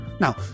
Now